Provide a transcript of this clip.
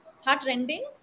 heart-rending